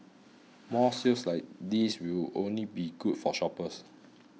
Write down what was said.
more sales like these will only be good for shoppers